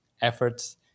efforts